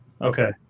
Okay